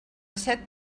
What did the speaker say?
set